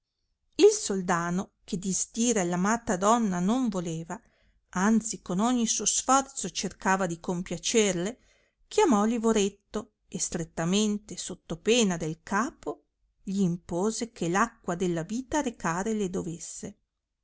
il soldano che disdire all amata donna non voleva anzi con ogni suo sforzo cercava di compiacerle chiamò livoretto e strettamente sotto pena del capo gli impose che acqua della vita recare le dovesse